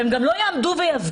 הם גם לא יעמדו ויפגינו.